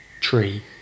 tree